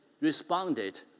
responded